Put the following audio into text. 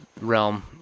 realm